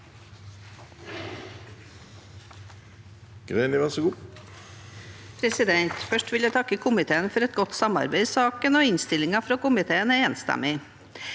for saken): Først vil jeg takke komiteen for et godt samarbeid i saken, og innstillingen fra komiteen er enstemmig.